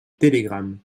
télégramme